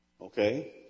Okay